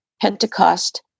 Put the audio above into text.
Pentecost